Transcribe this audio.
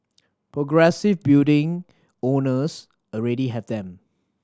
progressive building owners already have them